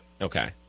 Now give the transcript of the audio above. Okay